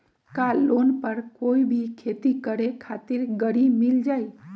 का लोन पर कोई भी खेती करें खातिर गरी मिल जाइ?